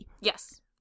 Yes